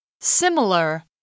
Similar